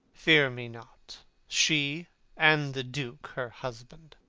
fear me not she and the duke her husband!